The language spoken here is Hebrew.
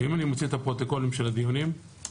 אם אני מוציא את הפרוטוקולים של הדיונים שהיו